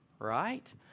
right